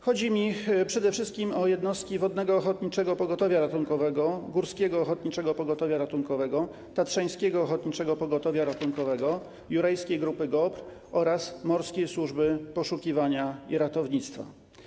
Chodzi mi przede wszystkim o jednostki Wodnego Ochotniczego Pogotowia Ratunkowego, Górskiego Ochotniczego Pogotowia Ratunkowego, Tatrzańskiego Ochotniczego Pogotowia Ratunkowego, Jurajskiej Grupy GOPR oraz Morskiej Służby Poszukiwania i Ratownictwa.